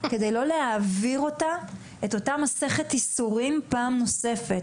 כדי שלא תעבור את אותה מסכת ייסורים פעם נוספת.